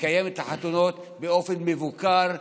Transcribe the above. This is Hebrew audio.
לקיים את החתונות באופן מבוקר,